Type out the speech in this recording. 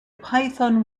python